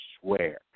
swear